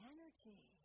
Energy